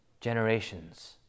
generations